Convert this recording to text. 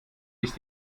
ist